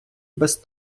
без